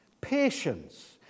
Patience